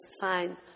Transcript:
find